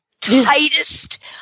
tightest